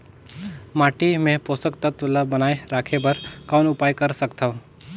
माटी मे पोषक तत्व ल बनाय राखे बर कौन उपाय कर सकथव?